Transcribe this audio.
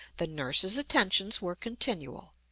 the nurses' attentions were continual.